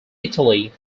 italy